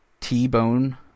t-bone